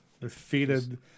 defeated